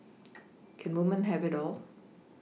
can women have it all